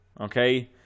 Okay